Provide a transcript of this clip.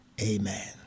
Amen